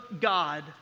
God